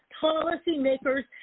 policymakers